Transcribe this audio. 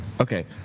Okay